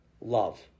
love